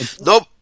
Nope